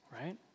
right